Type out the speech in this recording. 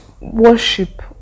worship